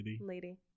lady